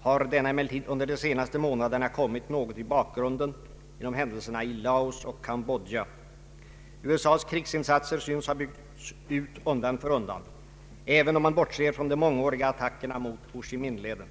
har denna emellertid under de senaste månaderna kommit något i bakgrunden genom händelserna i Laos och Cambodja. USA:s krigsinsatser synes ha byggts ut undan för undan — även om man bortser från de mångåriga attackerna mot Ho Chi Minh-leden.